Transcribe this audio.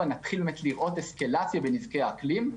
נתחיל לראות אסקלציה ונזקי אקלים.